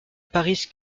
paris